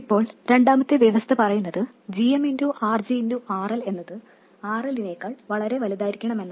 ഇപ്പോൾ രണ്ടാമത്തെ വ്യവസ്ഥ പറയുന്നത് gm RGRL എന്നത് RLനേക്കാൾ വളരെ വലുതായിരിക്കണം എന്നാണ്